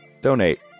Donate